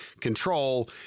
control